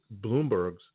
Bloomberg's